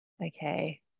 Okay